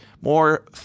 more